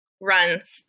runs